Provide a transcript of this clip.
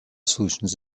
solutions